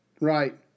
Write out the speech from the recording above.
Right